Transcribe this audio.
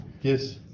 Yes